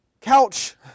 couch